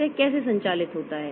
तो यह कैसे संचालित होता है